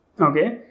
Okay